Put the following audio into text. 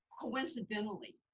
coincidentally